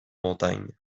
montagne